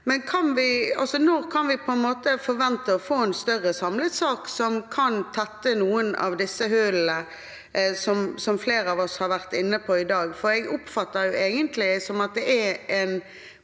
når kan vi forvente å få en større samlet sak som kan tette noen av hullene som flere av oss har vært inne på i dag, for jeg oppfatter egentlig at det er en